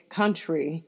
country